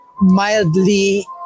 mildly